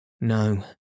no